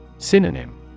Synonym